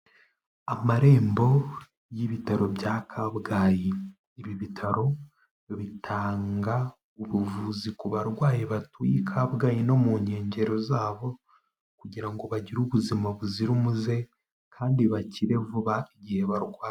Amarembo y'ibitaro bya Kabgayi, ibi bitaro bitanga ubuvuzi ku barwayi batuye i Kabgayi no mu nkengero zaho, kugira ngo bagire ubuzima buzira umuze kandi bakire vuba igihe barwaye.